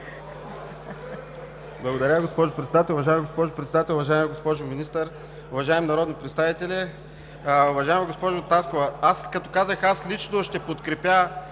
Уважаема госпожо Председател, уважаема госпожо Министър, уважаеми народни представители! Уважаема госпожо Таскова, като казах „Аз лично ще подкрепя.“,